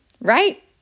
Right